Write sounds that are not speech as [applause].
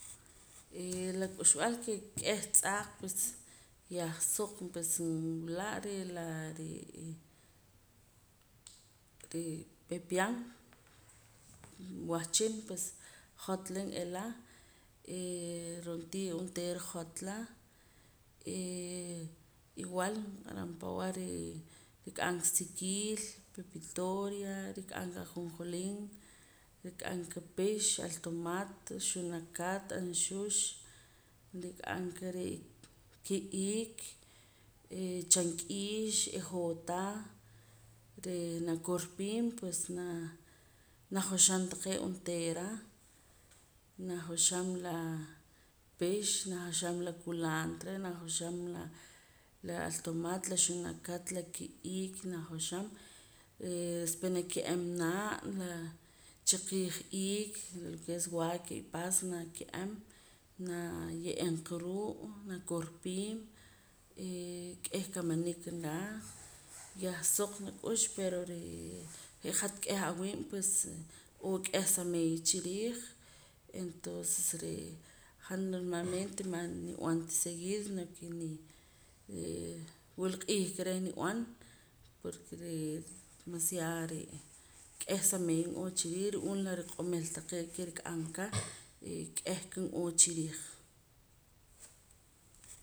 Eh la k'uxb'al ke k'eh tz'aaq pues yah suq pues nwila' re' laa re'ee re' [hesitation] pepian wahchin pues jotla n'iila eh ro'ntii onteera jotla eh igual naniq'aram pa aweh re' rik'am ka sikiil pepitoria rik'am ka ajonjolín rik'am ka pix altomat xunakat aanxux rkik'am ka ki' iik eh chamk'iix ejoota re' nakorpiim pues naa najoxam taqee' onteera najoxam laa pix najoxam la kulaatra najoxam la la altomat la xunakat la ki' iik najoxam [hesitation] después nake'em naa' laa chikiij iik lo ke es guaque y pasa nake'em naa ye'eem qa ruu' nakorpiim eh k'ih kamanik nraa yah soq nak'ux pero re' je' hat k'eh awiib' pues n'oo k'eh sameeya chiriij entonces re' han normalmente manib'an ta seguido no ke ni eh wila q'iij ka reh nib'an porque re' masiado k'eh sameeya n'oo chiriij ru'uum la riq'omil taqee' ke nrik'am ka [noise] k'eh ka n'oo chiriij